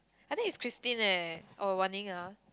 I think is Christine leh or wan ning ah